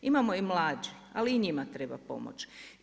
Imamo i mlađe, ali i njima treba pomoć.